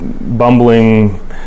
bumbling